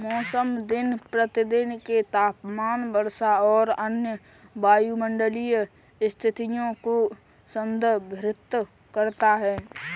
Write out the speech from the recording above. मौसम दिन प्रतिदिन के तापमान, वर्षा और अन्य वायुमंडलीय स्थितियों को संदर्भित करता है